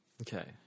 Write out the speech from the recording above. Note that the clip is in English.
Okay